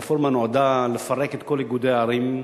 הרפורמה נועדה לפרק את כל איגודי הערים,